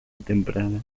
temprana